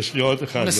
יש לי עוד אחד.